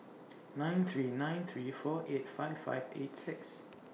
nine three nine three four eight five five eight six